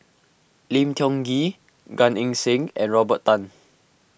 Lim Tiong Ghee Gan Eng Seng and Robert Tan